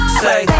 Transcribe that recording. say